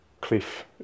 cliff